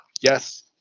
yes